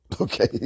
Okay